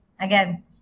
Again